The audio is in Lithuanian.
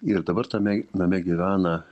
ir dabar tame name gyvena